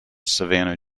savannah